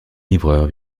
livreur